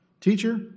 Teacher